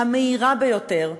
המהירה ביותר,